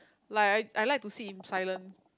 like I I like to see in silent